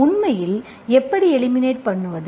உண்மையில் எப்படி எலிமினேட் பண்ணுவது